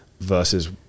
versus